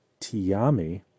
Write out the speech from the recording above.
Tiami